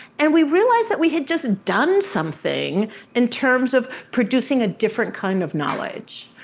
and we realized that we had just done something in terms of producing a different kind of knowledge.